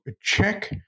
check